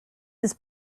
his